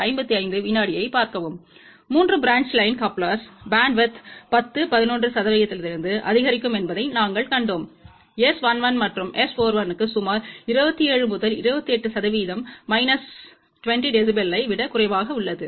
3 branch line கப்லெர்ஸ்ற்கு bandwidth 10 11 சதவீதத்திலிருந்து அதிகரிக்கும் என்பதை நாங்கள் கண்டோம் S11மற்றும் S41க்கு சுமார் 27 முதல் 28 சதவீதம்மைனஸ் 20 dBயை விட குறைவாக உள்ளது